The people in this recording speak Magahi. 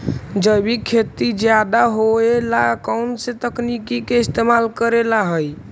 जैविक खेती ज्यादा होये ला कौन से तकनीक के इस्तेमाल करेला हई?